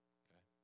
okay